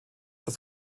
das